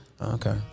okay